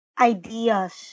ideas